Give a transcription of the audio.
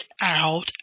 out